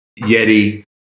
Yeti